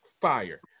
fire